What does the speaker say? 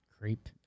Creep